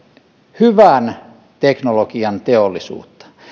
hyvän teknologian teollisuutta